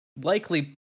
likely